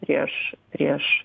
prieš prieš